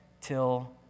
till